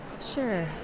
sure